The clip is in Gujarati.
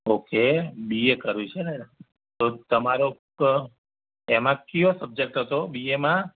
ઓકે બી એ કર્યું છે ને તો તમારો એમાં કયો સબજૅક્ટ હતો બી એમાં